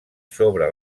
sobre